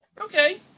okay